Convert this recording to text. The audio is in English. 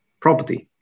property